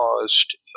caused